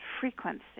frequency